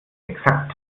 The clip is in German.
exakt